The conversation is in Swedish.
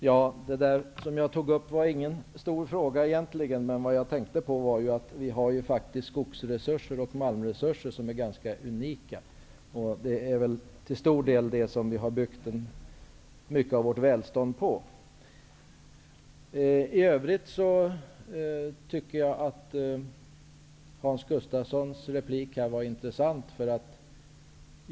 Fru talman! Det jag tog upp var ingen stor fråga egentligen. Vad jag tänkte på var att vi faktiskt har skogsresurser och malmresurser som är ganska unika. Det är väl till stor del dem som vi har byggt mycket av vårt välstånd på. I övrigt tycker jag att Hans Gustafssons replik var intressant.